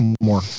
more